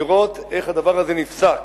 לראות איך הדבר הזה נפסק.